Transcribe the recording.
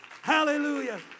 Hallelujah